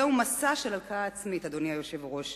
זהו מסע של הלקאה עצמית, אדוני היושב-ראש.